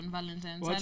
Valentine's